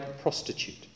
prostitute